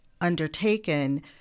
undertaken